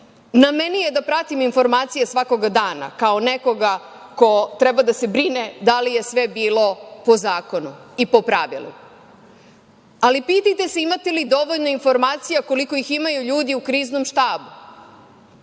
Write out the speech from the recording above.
Na meni je da pratim informacije svakog dana, kao nekoga ko treba da se brine da li je sve bilo po zakonu i pravilu. Ali, pitajte se imate li dovoljno informacija koliko ih imaju ljudi u Kriznom štabu.